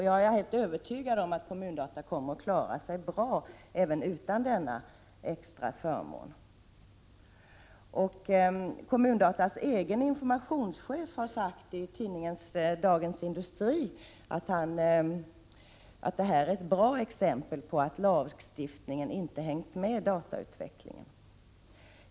Jag är helt övertygad om att Kommun-Data kommer att klara sig bra även utan denna Kommun-Datas egen informationschef har sagt i tidningen Dagens Industri att detta är ett bra exempel på att lagstiftningen inte har hängt med datautvecklingen.